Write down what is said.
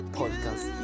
podcast